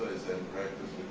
zen practice